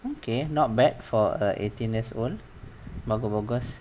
okay not bad for a eighteen years old bagus bagus